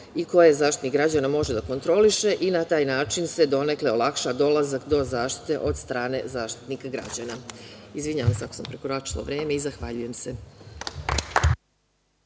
i koje Zaštitnik građana može da kontroliše i na taj način se donekle olakšava dolazak do zaštite od strane Zaštitnika građana. Izvinjavam se ako sam prekoračila vreme i zahvaljujem se.